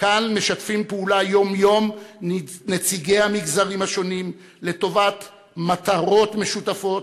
כאן משתפים פעולה יום-יום נציגי המגזרים השונים לטובת מטרות משותפות,